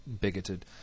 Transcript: bigoted